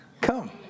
Come